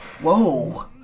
whoa